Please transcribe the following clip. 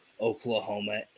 Oklahoma